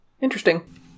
Interesting